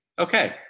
okay